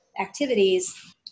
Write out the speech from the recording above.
activities